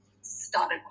started